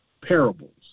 parables